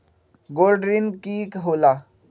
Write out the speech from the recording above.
Gold ऋण की होला?